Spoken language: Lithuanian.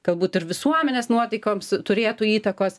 galbūt ir visuomenės nuotaikoms turėtų įtakos